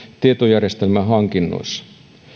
tietojärjestelmähankinnoissa